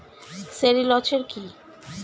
Sericulture কি?